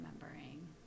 remembering